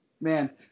man